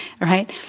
right